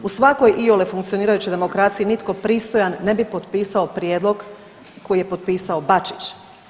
U svakoj iole funkcionirajućoj demokraciji nitko pristojan ne bi potpisao prijedlog koji je potpisao Bačić.